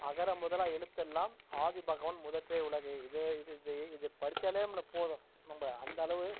அகர முதல எழுத்தெல்லாம் ஆதி பகவன் முதற்றே உலகு இது இது இதையே இது படிச்சாலே நம்மளுக்கு போதும் நம்மள அந்த அளவு